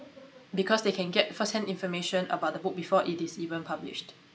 because they can get first-hand information about the book before it is even published